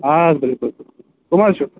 آ بِلکُل بِلکُل کٕم حظ چھِو